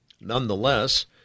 Nonetheless